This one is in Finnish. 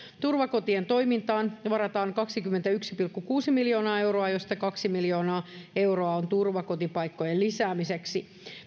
turvakotien toimintaan varataan kaksikymmentäyksi pilkku kuusi miljoonaa euroa josta kaksi miljoonaa euroa on turvakotipaikkojen lisäämiseksi